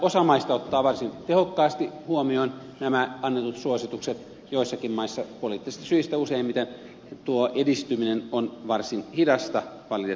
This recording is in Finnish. osa maista ottaa varsin tehokkaasti huomioon nämä annetut suositukset joissakin maissa useimmiten poliittisista syistä tuo edistyminen on varsin hidasta valitettavasti